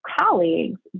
colleagues